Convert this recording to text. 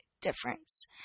difference